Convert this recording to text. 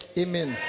amen